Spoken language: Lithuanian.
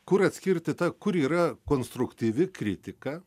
kur atskirti tą kur yra konstruktyvi kritika